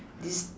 this